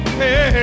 hey